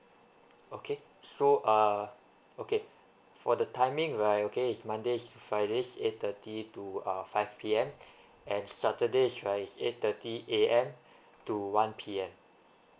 okay so uh okay for the timing right okay is mondays to fridays eight thirty to uh five P_M and saturdays right is eight thirty A_M to one P_M